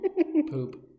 Poop